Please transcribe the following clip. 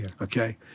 okay